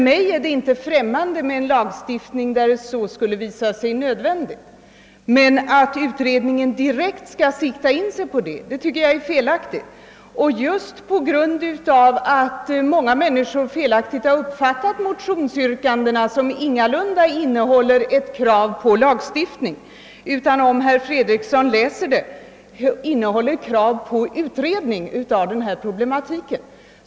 Jag är inte främmande för en lagstiftning, därest en sådan skulle visa sig nödvändig. Men att utredningen direkt skulle ta sikte härpå anser jag vara felaktigt. Många människor har emellertid missuppfattat motionsyrkandena, som ingalunda innehåller ett krav på utredning om lagstiftning, och om herr Fredriksson läser motionen noga skall han finna att den innehåller krav på en utredning av hela denna problematik.